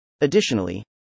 Additionally